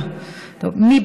במליאה ביום שני או רביעי,